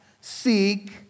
seek